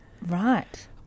right